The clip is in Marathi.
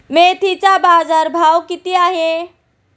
मेथीचा बाजारभाव किती आहे?